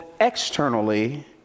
externally